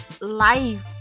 life